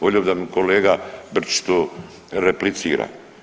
Volio bih da mi kolega Brčić to replicira.